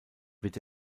wird